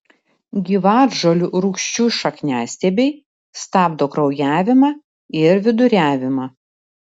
gyvatžolių rūgčių šakniastiebiai stabdo kraujavimą ir viduriavimą